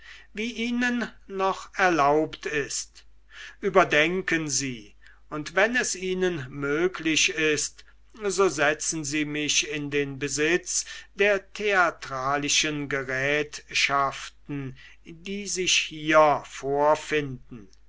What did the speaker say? wie ihnen noch erlaubt ist überdenken sie und wenn es ihnen möglich ist so setzen sie mich in den besitz der theatralischen gerätschaften die sich hier vorfinden